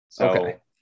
Okay